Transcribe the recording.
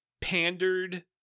pandered